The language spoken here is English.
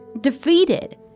defeated